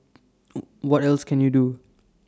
what else can you do